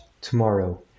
tomorrow